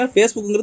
Facebook